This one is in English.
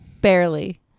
Barely